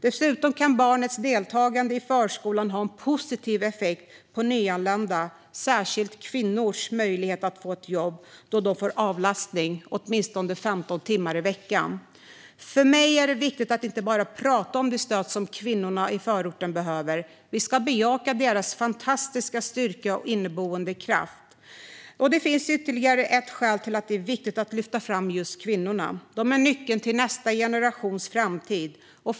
Dessutom kan barnens deltagande i förskolan ha en positiv effekt på nyanländas, särskilt kvinnors, möjligheter att få jobb, då de får avlastning i åtminstone 15 timmar i veckan. För mig är det viktigt att inte bara prata om det stöd som kvinnorna i förorten behöver. Vi ska också bejaka deras fantastiska styrka och inneboende kraft. Det finns ytterligare ett skäl till att det är viktigt att lyfta fram just kvinnorna. De är nyckeln till nästa generations framtid.